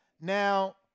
Now